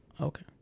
Okay